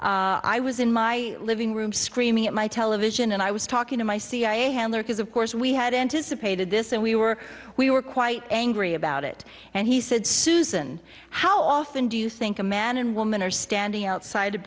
television i was in my living room screaming at my television and i was talking to my cia handler because of course we had anticipated this and we were we were quite angry about it and he said susan how often do you think a man and woman are standing outside